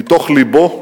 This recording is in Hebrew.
מתוך לבו,